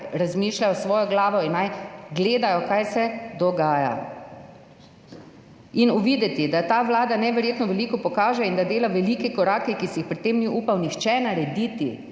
razmišljajo s svojo glavo in naj gledajo, kaj se dogaja, da bodo uvideli, da ta vlada neverjetno veliko pokaže in da dela velike korake, ki si jih pred tem ni upal narediti